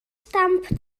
stamp